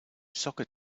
soccer